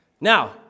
Now